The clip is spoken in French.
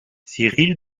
cyril